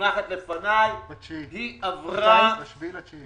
היא עברה ב-7 בספטמבר.